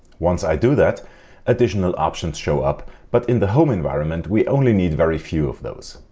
once i do that additional options show up but in the home environment we only need very few of those.